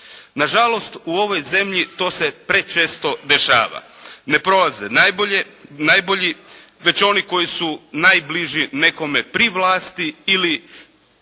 Nažalost, u ovoj zemlji to se prečesto dešava. Ne prolaze najbolji već oni koji su najbliži nekome pri vlasti ili